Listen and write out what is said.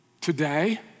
today